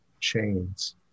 chains